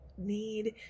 need